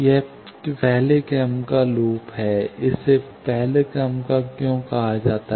यह पहले क्रम के लूप इसे पहला क्रम क्यों कहा जाता है